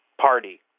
party